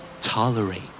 Tolerate